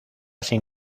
sin